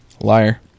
Liar